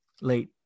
late